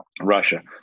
Russia